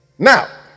Now